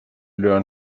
learn